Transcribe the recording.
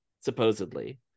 supposedly